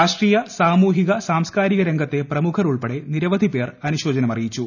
രാ ഷ്ട്രീയ സാമൂഹിക സാംസ്കാരികരംഗത്തെ പ്രമുഖർ ഉൾപ്പെടെ നിരവധി പേർ അനുശോചനം അറിയിച്ചു